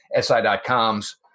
SI.coms